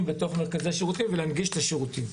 בתוך מרכזי שירותים ולהנגיש את השירותים.